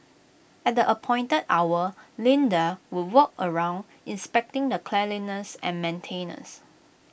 at the appointed hour Linda would walk around inspecting the cleanliness and maintenance